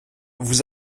vous